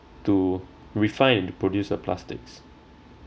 to refine to produce a plastics